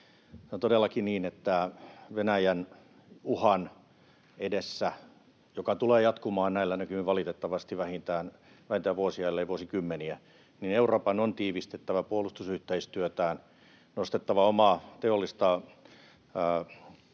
todellakin niin, että Venäjän uhan edessä, joka tulee jatkumaan näillä näkymin valitettavasti vähintään vuosia ellei vuosikymmeniä, Euroopan on tiivistettävä puolustusyhteistyötään, nostettava omaa teollista